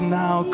now